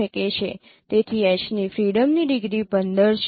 તેથી H ની freedom ની ડિગ્રી 15 છે